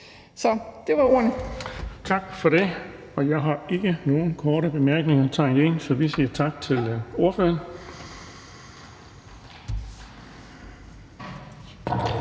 Bonnesen): Tak for det. Der er ikke nogen korte bemærkninger, så vi siger tak til ordføreren.